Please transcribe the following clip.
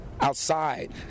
outside